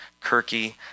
Kirky